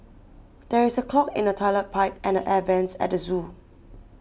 there is a clog in the Toilet Pipe and the Air Vents at the zoo